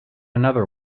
another